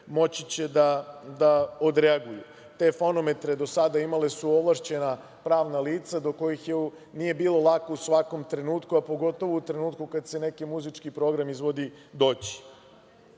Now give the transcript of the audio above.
moći će da odreaguju. Te fonometre do sada imala su ovlašćena pravna lica do kojih nije bilo lako u svakom trenutku, a pogotovo u trenutku kada se neki muzički program izvodi, doći. Ja